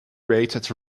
rated